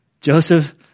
Joseph